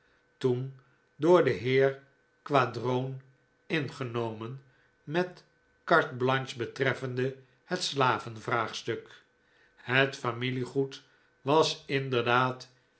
toen door den heer quadroon ingenomen met carte blanche betreffende het slavenvraagstuk het familiegoed was inderdaad